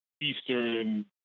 Eastern